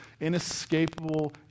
inescapable